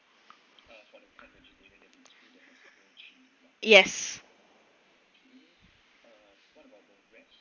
yes